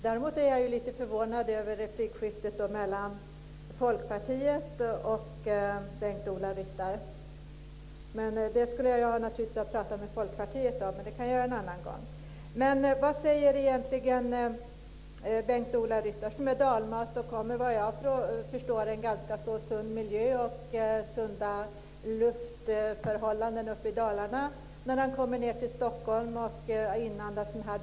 Däremot är jag lite förvånad över replikskiftet mellan folkpartisten och Bengt-Ola Ryttar. Det skulle jag naturligtvis prata med folkpartisten om, men det kan jag göra en annan gång. Vad känner egentligen Bengt-Ola Ryttar - som är dalmas och såvitt jag förstår kommer från en ganska sund miljö med goda luftförhållanden uppe i Dalarna - när han kommer ned till Stockholm och inandas dofterna här?